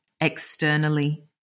externally